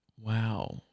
Wow